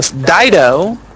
Dido